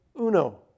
Uno